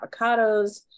avocados